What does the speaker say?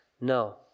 no